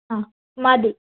ആ മതി